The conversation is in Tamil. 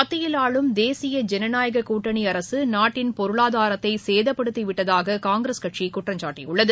மத்தியில் ஆளும் தேசிய ஜனநாயகக் கூட்டணி அரசு நாட்டின் பொருளாதாரத்தை சேதப்படுத்தி விட்டதாக காங்கிரஸ் கட்சி குற்றம் சாட்டியுள்ளது